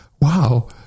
wow